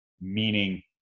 meaning